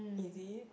easy